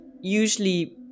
usually